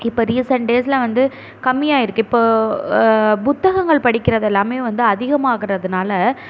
இப்போ ரிசென்ட் டேஸில் வந்து கம்மியாக ஆகிருக்கு இப்போ புத்தகங்கள் படிக்கிறது எல்லாமே வந்து அதிகமாகிறதுனால